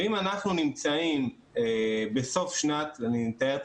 ואם אנחנו נמצאים בסוף שנה אני מתאר את